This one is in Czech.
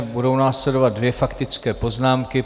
Budou následovat dvě faktické poznámky.